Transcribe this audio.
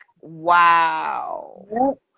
wow